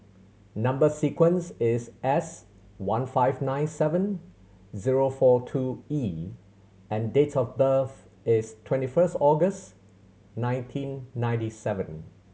number sequence is S one five nine seven zero four two E and date of birth is twenty first August nineteen ninety seven